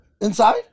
Inside